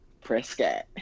prescott